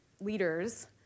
leaders